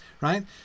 right